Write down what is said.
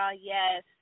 Yes